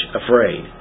afraid